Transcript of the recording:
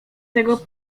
tego